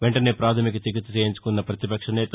వెంటనే ప్రాథమిక చికిత్స చేయించుకున్న ప్రతిపక్షనేత